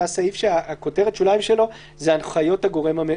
זה סעיף שכותרת השוליים שלו היא: הנחיות